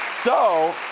so.